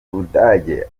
budage